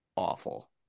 awful